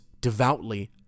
devoutly